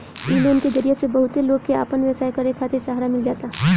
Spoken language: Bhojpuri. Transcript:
इ लोन के जरिया से बहुते लोग के आपन व्यवसाय करे खातिर सहारा मिल जाता